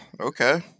okay